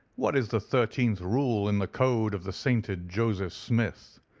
what is the thirteenth rule in the code of the sainted joseph smith?